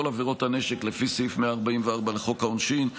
כל עבירות הנשק לפי סעיף 144 לחוק העונשין,